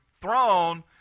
throne